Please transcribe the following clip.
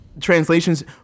Translations